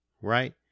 right